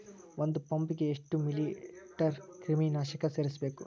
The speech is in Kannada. ಒಂದ್ ಪಂಪ್ ಗೆ ಎಷ್ಟ್ ಮಿಲಿ ಲೇಟರ್ ಕ್ರಿಮಿ ನಾಶಕ ಸೇರಸ್ಬೇಕ್?